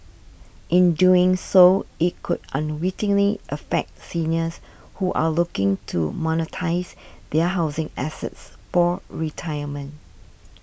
in doing so it could unwittingly affect seniors who are looking to monetise their housing assets for retirement